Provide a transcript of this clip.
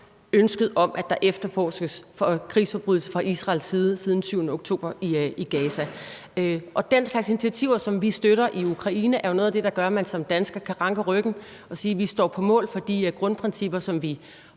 ønsket om, at der efterforskes for krigsforbrydelser fra Israels side i Gaza siden den 7. oktober. Og den slags initiativer, som vi støtter i Ukraine, er jo noget af det, der gør, at man som dansker kan ranke ryggen og sige: Vi står på mål for de grundprincipper, som vi